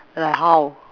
like how